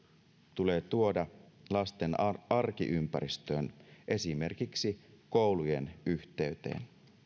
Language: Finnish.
tulee tuoda lasten arkiympäristöön esimerkiksi koulujen yhteyteen